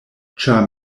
ĉar